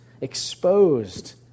exposed